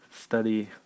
study